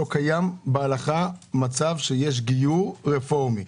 לא קיים בהלכה מצב שיש גיור רפורמי.